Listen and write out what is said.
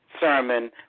sermon